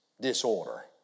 disorder